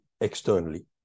externally